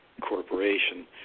corporation